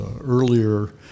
earlier